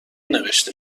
نوشته